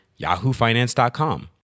yahoofinance.com